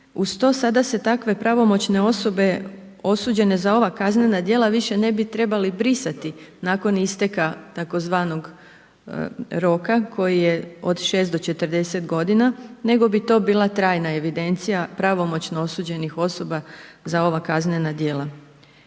Uz to, sada se takve pravomoćne osobe osuđene za ova kaznena djela više ne bi trebali brisati nakon istekla tzv. roka koji je od 6 do 40 godina, nego bi to bila trajna evidencija pravomoćno osuđenih osoba za ova kaznena djela.